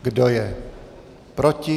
Kdo je proti?